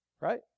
Right